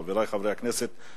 חברי חברי הכנסת,